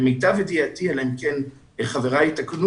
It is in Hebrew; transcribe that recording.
למיטב ידיעתי אלא שאם כן חבריי יתקנו